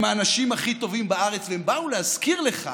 הם האנשים הכי טובים בארץ, והם באו להזכיר לך